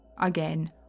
Again